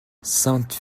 sainte